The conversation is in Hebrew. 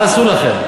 מה עשו לכם?